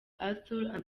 arthur